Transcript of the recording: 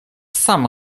sam